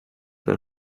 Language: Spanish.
del